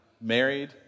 married